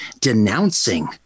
denouncing